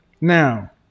Now